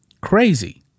crazy